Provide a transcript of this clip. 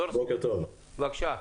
בבקשה.